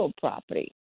property